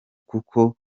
kuko